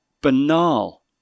banal